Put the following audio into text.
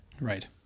Right